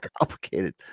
complicated